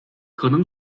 可能